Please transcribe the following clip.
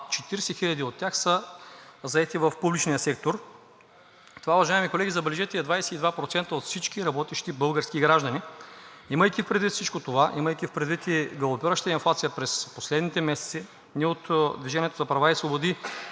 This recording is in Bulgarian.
40 хиляди от тях са заети в публичния сектор. Това, уважаеми колеги, забележете, е 22% от всички работещи български граждани. Имайки предвид всичко това, имайки предвид и галопиращата инфлация през последните месеци, ние от „Движение за права и свободи“,